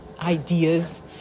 ideas